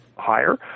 higher